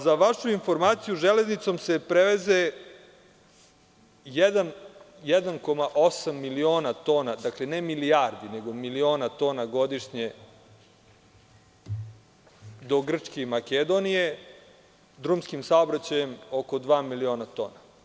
Za vašu informaciju, železnicom se preveze 1,8 miliona tona, dakle, ne milijardi, nego miliona tona godišnje do Grčke i Makedonije, drumskim saobraćajem oko dva miliona tona.